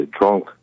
drunk